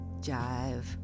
jive